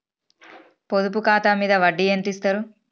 పొదుపు ఖాతా మీద వడ్డీ ఎంతిస్తరు?